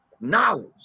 knowledge